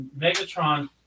Megatron